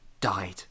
died